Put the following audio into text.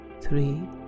three